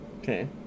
Okay